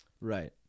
Right